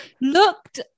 looked